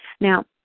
Now